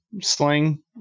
sling